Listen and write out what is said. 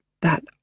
That